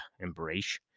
Embrace